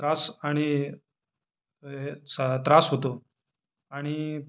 त्रास आणि त्रास होतो आणि